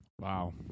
Wow